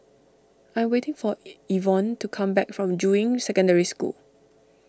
I am waiting for Ivonne to come back from Juying Secondary School